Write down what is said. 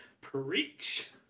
Preach